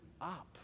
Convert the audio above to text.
up